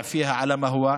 נשאר כמות שהוא: